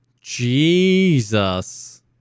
Jesus